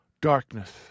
darkness